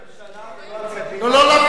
על הממשלה ולא על, לא להפריע.